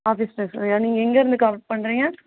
office ஸ்டேஷ்னரியா நீங்கள் எங்கே இருந்து கால் பண்ணுறிங்க